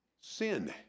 sin